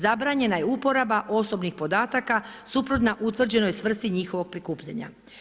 Zabranjena je uporaba osobnih podataka suprotna utvrđenoj svrsi njihovog prikupljanja.